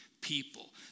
people